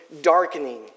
darkening